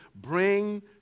bring